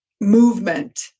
movement